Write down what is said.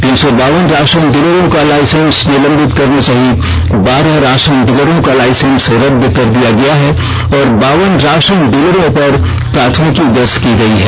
तीन सौ बावन राषन डीलरों का लाईसेंस निलंबित करने सहित बारह राषन डीलरों का लाईसेंस रदद कर दिया गया है और बावन राषन डीलरों पर प्राथमिकी दर्ज की गयी है